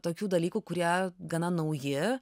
tokių dalykų kurie gana nauji